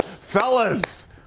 Fellas